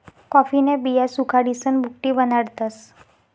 कॉफीन्या बिया सुखाडीसन भुकटी बनाडतस